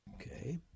Okay